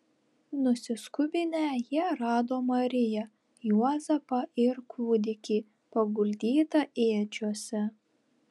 nusiskubinę jie rado mariją juozapą ir kūdikį paguldytą ėdžiose